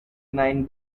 nine